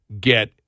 get